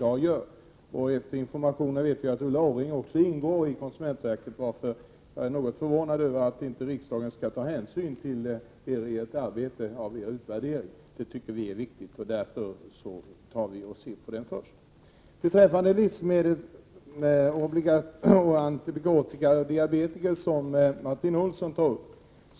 Jag har fått information om att Ulla Orring ingår i konsumentverkets styrelse, och jag är förvånad över att riksdagen inte skulle ta hänsyn till er utvärdering. Vi tycker det är viktigt att se på den först. Martin Olsson tog upp livsmedel, antibiotika och diabetiker. Vi